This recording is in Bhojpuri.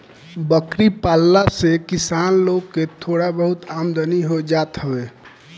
बकरी पालला से किसान लोग के थोड़ा बहुत आमदनी हो जात हवे